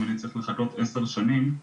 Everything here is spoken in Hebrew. אם אני צריך לחכות עשר שנים,